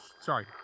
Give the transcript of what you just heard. sorry